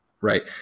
right